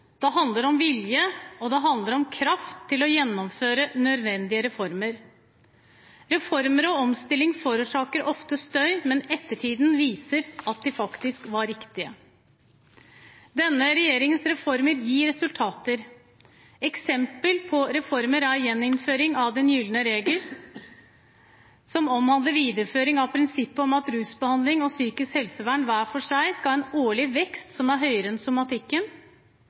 det handler om vilje, og det handler om kraft til å gjennomføre nødvendige reformer. Reformer og omstillinger forårsaker ofte støy, men ettertiden viser at de faktisk var riktige. Denne regjeringens reformer gir resultater. Eksempel på reformer er gjeninnføring av den gylne regel, som omhandler videreføring av prinsippet om at rusbehandling og psykisk helsevern hver for seg skal ha en årlig vekst som er høyere enn i somatikken.